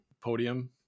podium